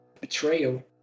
betrayal